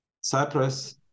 Cyprus